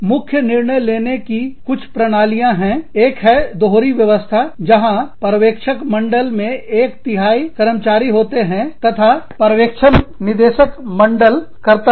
मुख्य निर्णय लेने की कुछ प्रणालियां है एक है दोहरी व्यवस्था जहां पर्यवेक्षक मंडल मे एक तिहाई कर्मचारी होते हैं तथा पर्यवेक्षण निदेशक मंडल करता है